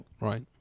Right